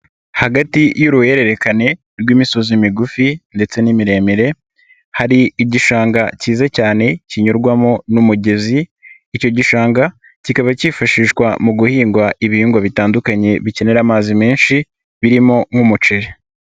Hagati y'uruhererekane rw'imisozi migufi ndetse n'imiremire, hari igishanga cyiza cyane kinyurwamo n'umugezi, icyo gishanga kikaba cyifashishwa mu guhingwa ibihingwa bitandukanye bikenera amazi menshi, birimo nk'umuceri.